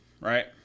Right